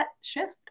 shift